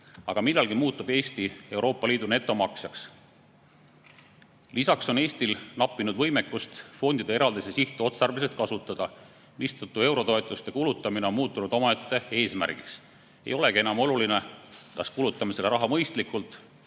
Aga millalgi muutub Eesti Euroopa Liidu netomaksjaks. Lisaks on Eestil nappinud võimekust fondide eraldisi sihtotstarbeliselt kasutada, mistõttu eurotoetuste kulutamine on muutunud omaette eesmärgiks. Ei olegi enam oluline, kas kulutame selle raha mõistlikult,